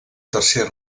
tercer